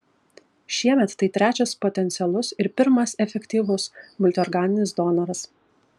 šiemet tai trečias potencialus ir pirmas efektyvus multiorganinis donoras